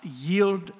Yield